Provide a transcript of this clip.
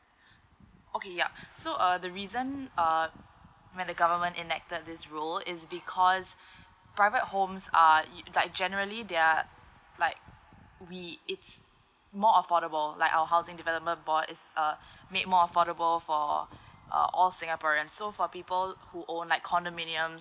okay ya so uh the reason uh when the government enacted this rule is because private homes are e~ like generally they are like we it's more affordable like our housing development board is uh make more affordable for uh all singaporean so for people who own like condominium